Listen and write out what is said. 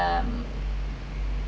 um